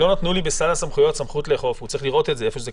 בסל הסמכויות סמכות לאכוף הוא צריך לראות איפה זה כתוב,